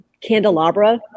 candelabra